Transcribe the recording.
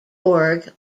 org